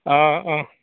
अ अ